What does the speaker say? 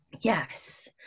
yes